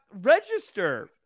register